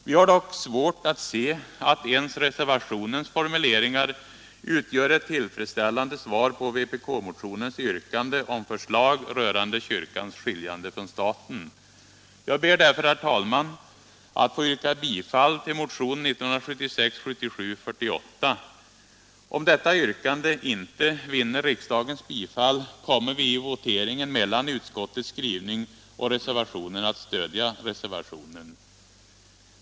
Vi har dock svårt att se att reservationens formuleringar utgör ett tillfredsställande svar på vpk-motionens yrkande om förslag rörande kyrkans skiljande från staten. Jag ber därför, herr talman, att få yrka bifall till motionen 1976/77:48. Om detta yrkande inte vinner riksdagens bifall kommer vi i voteringen mellan utskottsmajoritetens skrivning och reservationen att stödja reservationen.